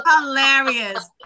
hilarious